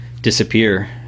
disappear